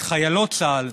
את חיילות צה"ל,